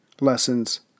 Lessons